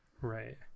Right